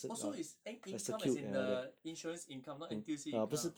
orh so is eh income as in the insurance income not N_T_U_C income